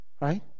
Right